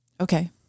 Okay